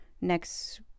next